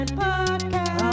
podcast